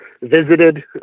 visited